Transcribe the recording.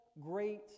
great